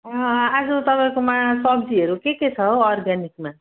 आज तपाईँकोमा सब्जीहरू के के छ हो अर्ग्यानिकमा